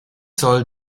soll